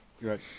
Right